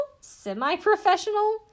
semi-professional